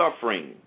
suffering